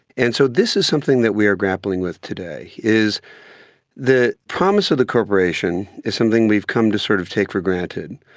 and so this is something that we are grappling with today, is the promise of the corporation is something we've come to sort of take for granted,